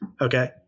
Okay